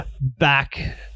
back